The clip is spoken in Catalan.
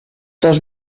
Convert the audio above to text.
dos